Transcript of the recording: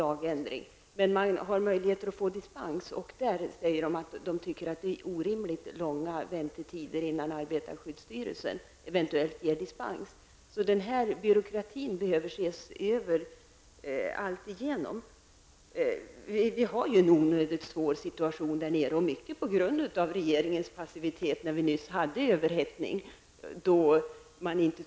Det finns en möjlighet att få dispens, men man anser att det är orimligt långa väntetider innan arbetarskyddsstyrelsen eventuellt ger en dispens. Denna byråkrati behöver alltigenom ses över. Situationen i dessa bygder är onödigt svår, mycket på grund av regeringens passivitet under den överhettning nyss rådde.